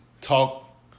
talk